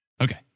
Okay